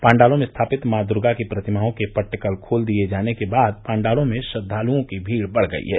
पाण्डालों में स्थापित मॉ दुर्गा की प्रतिमाओं के पट्ट कल खोल दिए जाने के बाद पाण्डालों में श्रद्वालुओं को भीड़ बढ़ गयी है